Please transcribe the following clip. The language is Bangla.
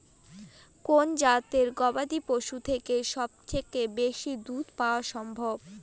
কোন জাতের গবাদী পশু থেকে সবচেয়ে বেশি দুধ পাওয়া সম্ভব?